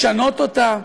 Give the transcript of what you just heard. לשנות אותה,